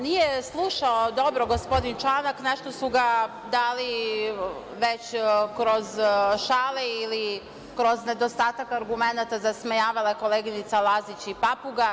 Nije slušao dobro gospodin Čanak, nešto su ga da li kroz šalu ili kroz nedostatak argumenata, zasmejavale koleginice Lazić i Papuga.